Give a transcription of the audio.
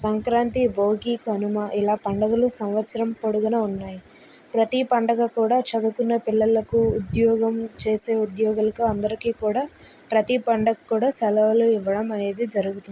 సంక్రాంతి భోగి కనుమ ఇలా పండగలు సంవత్సరం పొడుగునా ఉన్నాయి ప్రతీ పండగ కూడా చదువుకునే పిలల్లకు ఉద్యోగం చేసే ఉద్యోగులకు అందరికీ కూడా ప్రతి పండగకు కూడా సెలవులు ఇవ్వడమనేది జరుగుతుంది